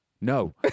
No